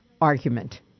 argument